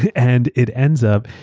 it and it ends up,